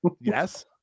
Yes